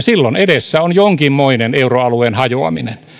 silloin edessä on jonkinmoinen euroalueen hajoaminen